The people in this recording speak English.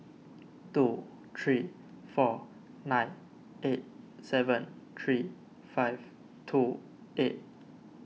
two three four nine eight seven three five two eight